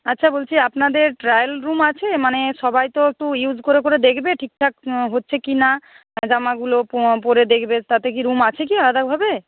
আচ্ছা বলছি আপনাদের ট্রায়াল রুম আছে মানে সবাই তো একটু ইউজ করে করে দেখবে ঠিকঠাক হচ্ছে কি না জামাগুলো পরে দেখবে তাতে কি রুম আছে কি আলাদাভাবে